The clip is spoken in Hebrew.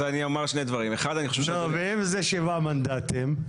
ואם יש שבעה מנדטים?